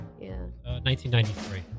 1993